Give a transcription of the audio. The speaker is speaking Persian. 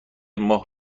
ماه